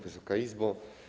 Wysoka Izbo!